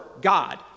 God